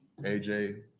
AJ